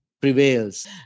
prevails